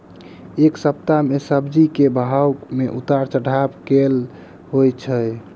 एक सप्ताह मे सब्जी केँ भाव मे उतार चढ़ाब केल होइ छै?